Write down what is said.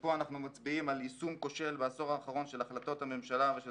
ופה אנחנו מצביעים על יישום כושל בעשור האחרון של החלטות הממשלה ושל